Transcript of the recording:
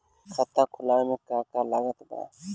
खाता खुलावे मे का का लागत बा?